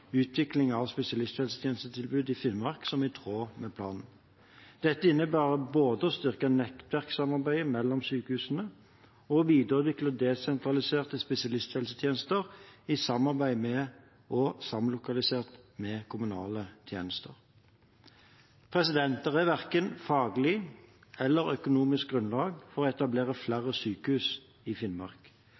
utvikling av spesialisthelsetjenestetilbud i Finnmark, som er i tråd med planen. Dette innebærer både å styrke nettverksamarbeidet mellom sykehusene og videreutvikle desentraliserte spesialisthelsetjenester i samarbeid med og samlokalisert med kommunale tjenester. Det er verken faglig eller økonomisk grunnlag for å etablere flere sykehus i Finnmark.